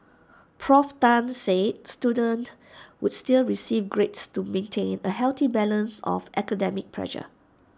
Prof Tan said students would still receive grades to maintain A healthy balance of academic pressure